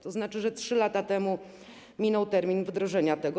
To znaczy, że 3 lata temu minął termin wdrożenia tego.